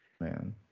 man